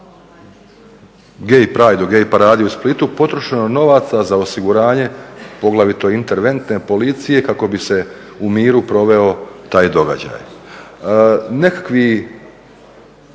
lani na gay paradi u Splitu potrošeno novaca za osiguranje poglavito interventne policije kako bi se u miru proveo taj događaj? Nekakvi